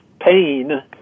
pain